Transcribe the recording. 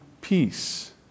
peace